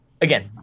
again